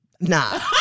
Nah